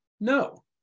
No